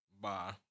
Bye